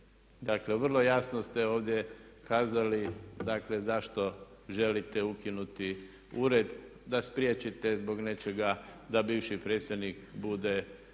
Dakle, vrlo jasno ste ovdje kazali, dakle zašto želite ukinuti ured, da spriječite zbog nečega da bivši predsjednik bude